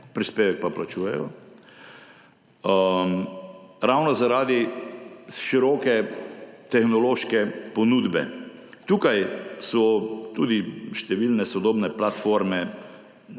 prispevek pa plačujejo, ravno zaradi široke tehnološke ponudbe. Tukaj so tudi številne sodobne platforme